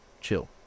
Chill